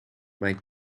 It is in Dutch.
mijn